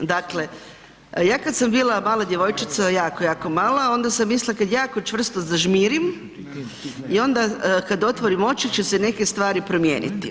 Dakle, ja kad sam bila mala djevojčica, jako, jako mala, onda sam mislila, kad jako čvrsto zažmirim i onda kad otvorim oči će se neke stvari promijeniti.